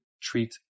treat